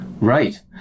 Right